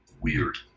weird